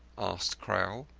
asked crowl.